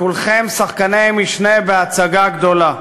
וכולכם שחקני משנה בהצגה גדולה,